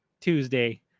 tuesday